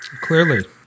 Clearly